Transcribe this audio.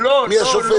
מי השופט,